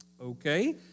Okay